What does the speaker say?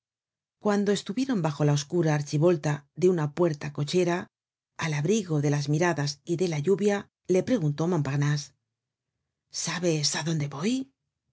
cuando estuvieron bajo la oscura archivolta de una puerta-cochera al abrigo de las miradas y de la lluvia le preguntó montparnase sabes á dónde voy